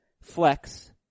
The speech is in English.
flex